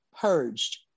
purged